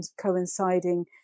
coinciding